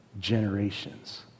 generations